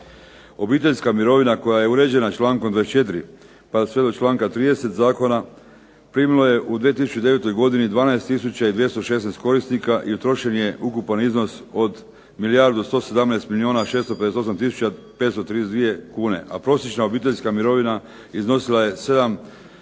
Obiteljska mirovina koja je uređena člankom 24. pa sve do članka 30. zakona primilo je u 2009. godini 12216 korisnika i utrošen je ukupan iznos od milijardu 117 milijuna 658 tisuća 532 kune, a prosječna obiteljska mirovina iznosila je 7748,87